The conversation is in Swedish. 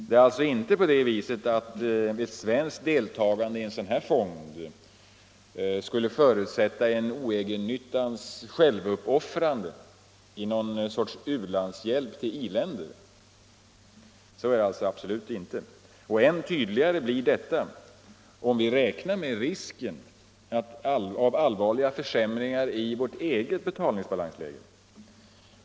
Det är alltså inte på det viset att ett svenskt deltagande i en sådan här fond skulle förutsätta ett oegennyttans självuppoffrande i någon sorts u-landshjälp till i-länder. Så är det absolut inte. Än tydligare blir detta om vi räknar med risken av allvarliga försämringar i vårt eget betalningsläge.